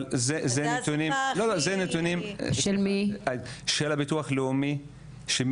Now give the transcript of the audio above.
זה נתונים של הביטוח הלאומי.